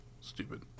stupid